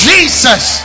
Jesus